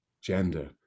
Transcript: gender